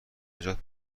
نجات